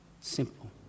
Simple